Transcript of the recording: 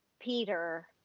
Peter